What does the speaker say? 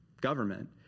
government